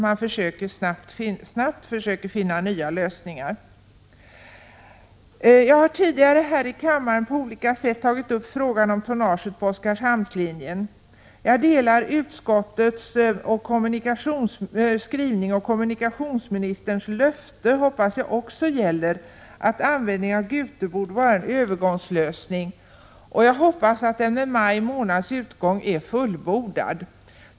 Jag hoppas man snabbt försöker finna nya lösningar. Jag har tidigare här i kammaren på olika sätt tagit upp frågan om tonnaget på Oskarshamnslinjen. Jag hoppas utskottets skrivning och kommunikationsministerns löfte om användning av Gute som en övergångslösning gäller. Jag hoppas att löftet i och med maj månads utgång är uppfyllt!